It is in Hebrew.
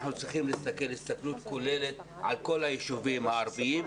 אנחנו צריכים להסתכל הסתכלות כוללת על כל הישובים הערביים,